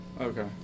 okay